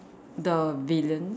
the villains